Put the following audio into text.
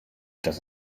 das